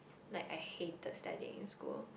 like I hated studying in school